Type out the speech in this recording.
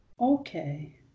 Okay